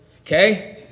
Okay